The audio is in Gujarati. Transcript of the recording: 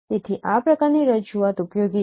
તેથી આ પ્રકારની રજૂઆત ઉપયોગી છે